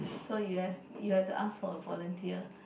so you ask you have to ask for a volunteer